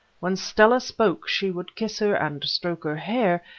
when stella spoke she would kiss her and stroke her hair,